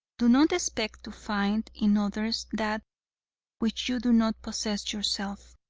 do not expect to find in others that which you do not possess yourself.